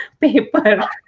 paper